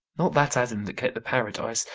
not that adam that kept the paradise,